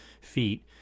feet